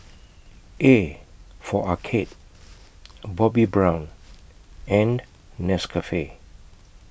A For Arcade Bobbi Brown and Nescafe